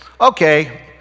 okay